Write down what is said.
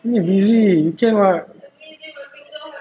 what you mean busy you can [what]